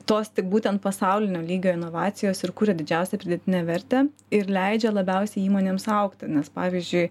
tos tik būtent pasaulinio lygio inovacijos ir kuria didžiausią pridėtinę vertę ir leidžia labiausiai įmonėms augti nes pavyzdžiui